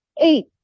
Eight